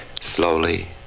slowly